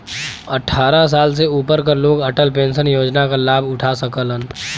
अट्ठारह साल से ऊपर क लोग अटल पेंशन योजना क लाभ उठा सकलन